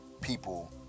people